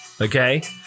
okay